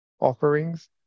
offerings